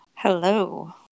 Hello